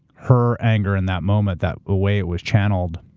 her anger in that moment, that way it was channeled.